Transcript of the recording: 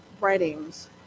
writings